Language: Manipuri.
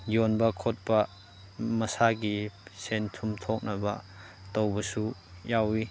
ꯌꯣꯟꯕ ꯈꯣꯠꯄ ꯃꯁꯥꯒꯤ ꯁꯦꯟꯊꯨꯝ ꯊꯣꯛꯅꯕ ꯇꯧꯕꯁꯨ ꯌꯥꯎꯏ